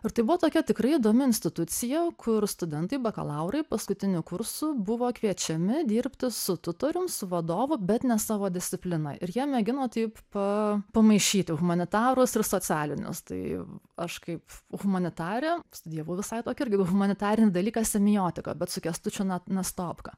ir tai buvo tokia tikrai įdomi institucija kur studentai bakalaurai paskutinių kursų buvo kviečiami dirbti su tutorium su vadovu bet ne savo discipliną ir jie mėgino taip pa pamaišyti humanitarus ir socialinius tai aš kaip humanitarė studijavau visai tokį irgi humanitarinį dalyką semiotiką bet su kęstučiu na nastopka